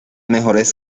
mejores